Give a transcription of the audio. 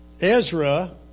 Ezra